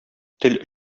тел